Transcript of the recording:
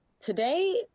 today